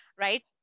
right